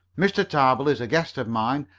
mr. tarbill is a guest of mine,